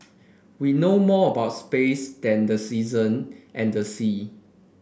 we know more about space than the season and the sea